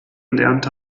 gelernt